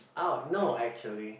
oh no actually